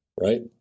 Right